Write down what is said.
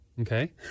Okay